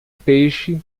peixe